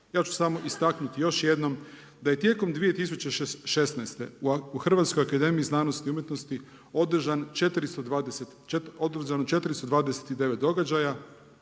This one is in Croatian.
Ja ću samo istaknuti još jednom da je tijekom 2016. u Hrvatskoj akademiji znanosti i umjetnosti održano 429 događaja